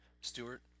Stewart